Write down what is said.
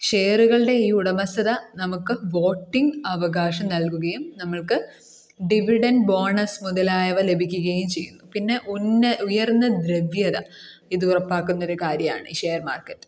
ഷെയറ്കൾടെ ഈ ഉടമസ്ഥത നമുക്ക് വോട്ടിംഗ് അവകാശം നൽകുകയും നമ്മൾക്ക് ഡിവിഡൻ ബോണസ്സ് മുതലായവ ലഭിക്കുകയും ചെയ്യുന്നു പിന്നെ ഉയർന്ന ദ്രവ്യത ഇത് ഉറപ്പാക്കുന്ന ഒരു കാര്യമാണ് ഈ ഷെയർ മാർക്കറ്റ്